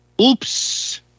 Oops